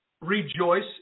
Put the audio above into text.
Rejoice